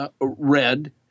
red